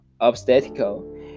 obstacle